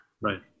right